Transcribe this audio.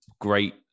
great